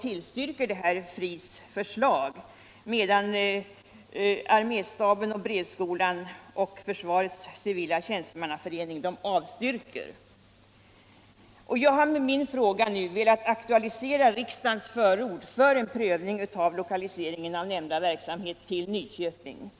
tillstyrker FRI:s förslag, medan arméstaben, brevskolan och Försvarets civila tjänstemannaförbund avstyrker. Jag har med min fråga velat aktualisera riksdagens förord för en prövning av lokaliseringen av nämnda verksamhet till Nyköping.